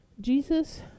Jesus